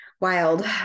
wild